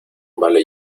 vale